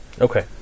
okay